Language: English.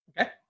Okay